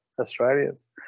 Australians